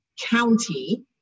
county